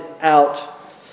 out